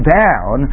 down